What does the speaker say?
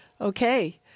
Okay